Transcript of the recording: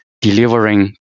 delivering